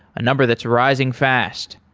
a number that's rising fast.